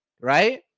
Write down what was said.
Right